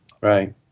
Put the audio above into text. Right